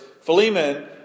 Philemon